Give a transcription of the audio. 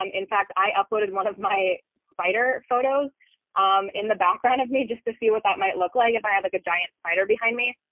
um in fact, i uploaded one of my spider photos um in the background of me just to see what that might look like if i had like a giant spider behind me.